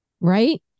Right